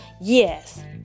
Yes